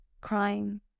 crying